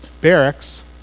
barracks